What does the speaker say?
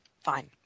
Fine